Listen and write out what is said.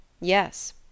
Yes